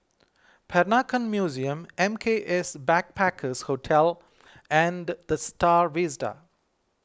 Peranakan Museum M K S Backpackers Hostel and the Star Vista